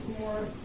more